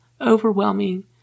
overwhelming